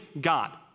God